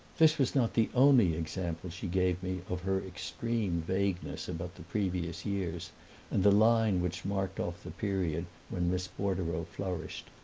this was not the only example she gave me of her extreme vagueness about the previous years and the line which marked off the period when miss bordereau flourished.